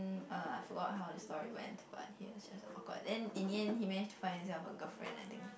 uh I forgot how the story went but he was just awkward then in the end he managed to find himself a girlfriend I think